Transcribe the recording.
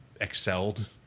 excelled